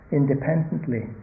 independently